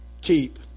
keep